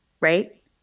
right